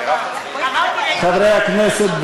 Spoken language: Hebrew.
חברי הכנסת,